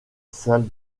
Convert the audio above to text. salle